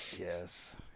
Yes